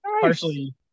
partially